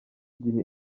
igihe